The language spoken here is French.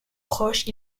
proche